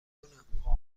کنم